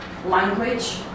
Language